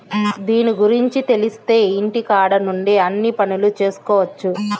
దీని గురుంచి తెలిత్తే ఇంటికాడ నుండే అన్ని పనులు చేసుకొవచ్చు